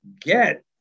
get